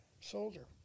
soldier